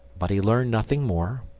but he learned nothing more,